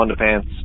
underpants